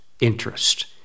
interest